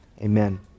Amen